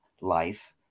life